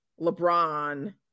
LeBron